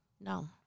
No